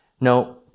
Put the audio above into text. No